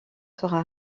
sera